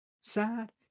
sad